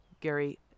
Gary